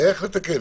ואיך לתקן,